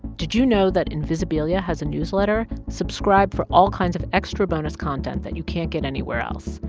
did you know that invisibilia has a newsletter? subscribe for all kinds of extra bonus content that you can't get anywhere else.